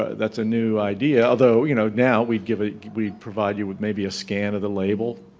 that's a new idea, although you know, now we give it it we provide you with maybe a scan of the label.